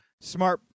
smart